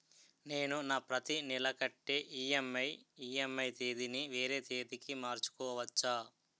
నేను నా ప్రతి నెల కట్టే ఈ.ఎం.ఐ ఈ.ఎం.ఐ తేదీ ని వేరే తేదీ కి మార్చుకోవచ్చా?